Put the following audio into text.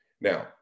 Now